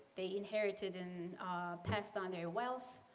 they inherited and passed on their wealth,